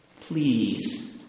Please